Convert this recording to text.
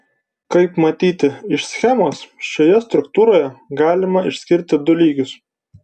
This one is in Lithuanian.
kaip matyti iš schemos šioje struktūroje galima išskirti du lygius